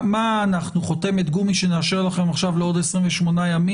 אנחנו חותמת גומי שנאשר לכם עכשיו לעוד 28 ימים?